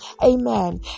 Amen